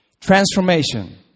Transformation